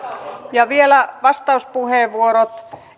vielä vastauspuheenvuorot